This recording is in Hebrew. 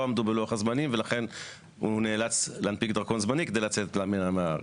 לא עמדו בלח הזמנים ולכן הוא נאלץ להנפיק דרכון זמני כדי לצאת מהארץ.